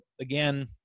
again